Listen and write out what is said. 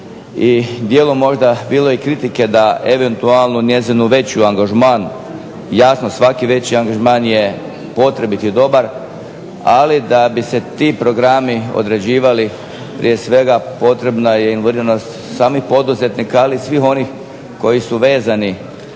i dijelom možda bilo je i kritike da eventualno njezin veći angažman. Jasno svaki veći angažman je potrebit i dobar, ali da bi se ti programi određivali prije svega potrebna je … /Govornik se ne razumije./… samih poduzetnika, ali i svih onih koji su vezani